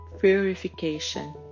purification